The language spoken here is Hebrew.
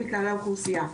האוכלוסייה,